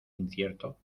incierto